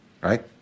Right